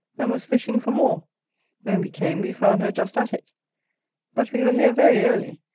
and was fishing for more when we came we found her just at it but we were here very early,